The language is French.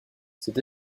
cette